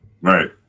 right